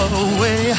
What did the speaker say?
away